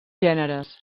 gèneres